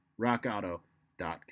rockauto.com